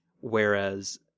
whereas